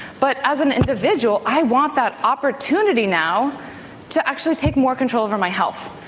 but as an individual i want that opportunity now to actually take more control over my health,